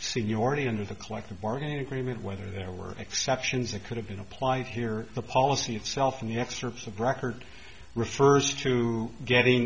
seniority under the collective bargaining agreement whether there were exceptions that could have been applied here the policy itself and the excerpts of record refers to getting